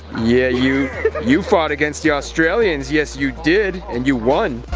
yeah you you fought against the australians. yes, you did and you won